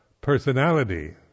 personality